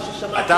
חבר הכנסת זחאלקה,